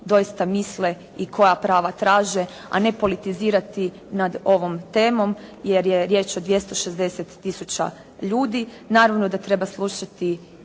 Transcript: doista misle i koja prava traže, a ne politizirati nad ovom temom, jer je riječ od 260 tisuća ljudi. Naravno da treba slušati